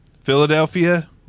Philadelphia